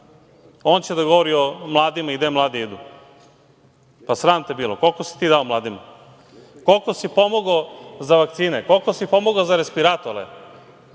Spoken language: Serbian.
On će da govori o mladima i gde mladi idu. Pa, sram te bilo. Koliko si ti dao mladima? Koliko si pomogao za vakcine? Koliko si pomogao za respiratore?